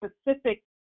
specific